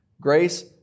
grace